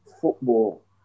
football